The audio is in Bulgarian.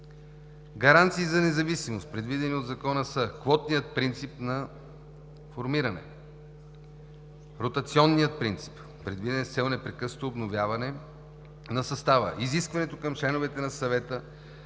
Гаранциите за независимост, предвидени от Закона, са: квотният принцип на формиране, ротационният принцип, предвиден с цел непрекъснато обновяване на състава. Изискването към членовете на Съвета